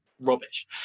rubbish